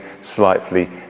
slightly